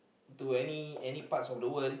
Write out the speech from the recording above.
to any any parts of the world